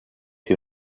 que